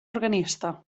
organista